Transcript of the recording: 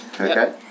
Okay